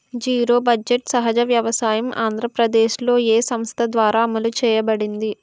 Zero budget సహజ వ్యవసాయం ఆంధ్రప్రదేశ్లో, ఏ సంస్థ ద్వారా అమలు చేయబడింది?